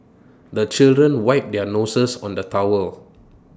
the children wipe their noses on the towel